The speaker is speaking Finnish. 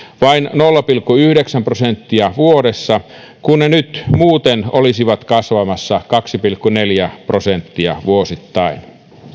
vain nolla pilkku yhdeksän prosenttia vuodessa kun ne nyt muuten olisivat kasvamassa kaksi pilkku neljä prosenttia vuosittain